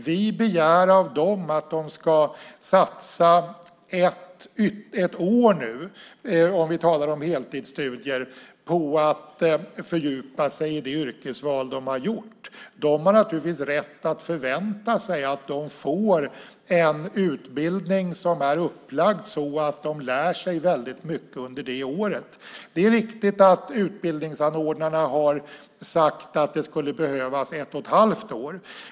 Vi begär av dem att de nu ska satsa ett år, om vi talar om heltidsstudier, på att fördjupa sig i det yrkesval som de har gjort. De har naturligtvis rätt att förvänta sig att de får en utbildning som är upplagd så att de lär sig väldigt mycket under det året. Det är riktigt att utbildningsanordnarna har sagt att det skulle behövas ett och ett halvt år.